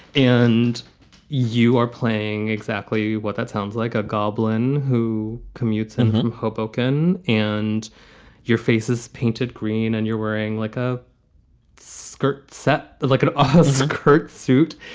and you are playing exactly what that sounds like, a goblin who commutes in um hoboken and your faces painted green and you're wearing like a skirt set, like ah a skirt suit,